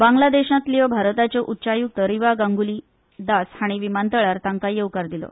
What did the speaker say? बांगलादेशांतल्यो भारताच्यो उच्चायुक्त रिवा गांगुली दास हांणी विमानतळार तांकां येवकार दिलो